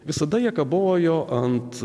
visada jie kabojo ant